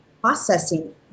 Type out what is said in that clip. processing